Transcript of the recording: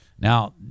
Now